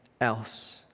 else